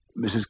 Mrs